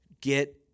get